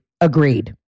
agreed